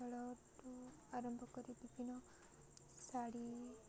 ଖେଳଠୁ ଆରମ୍ଭ କରି ବିଭିନ୍ନ ଶାଢ଼ୀ